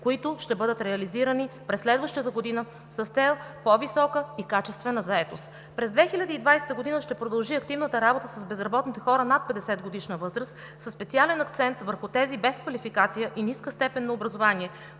които ще бъдат реализирани през следващата година с цел по-висока и качествена заетост. През 2020 г. ще продължи активната работа с безработните хора над 50-годишна възраст със специален акцент върху тези без квалификация и ниска степен на образование,